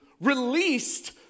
released